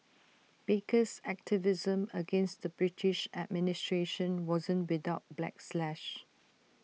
baker's activism against the British administration wasn't without backlash